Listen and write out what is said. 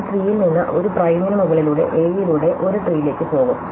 ഞാൻ ട്രീയിൽ നിന്ന് ഒരു പ്രൈമിന് മുകളിലൂടെ എ യിലൂടെ ഒരു ട്രീയിലേക്ക് പോകും